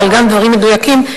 אבל גם דברים מדויקים,